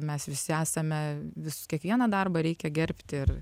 mes visi esame vis kiekvieną darbą reikia gerbti ir